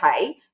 okay